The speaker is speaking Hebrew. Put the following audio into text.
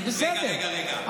זה בסדר.